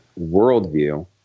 worldview